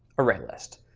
array list.